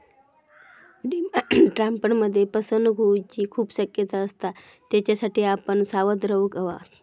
demand ड्राफ्टमध्ये फसवणूक होऊची खूप शक्यता असता, त्येच्यासाठी आपण सावध रेव्हूक हव्या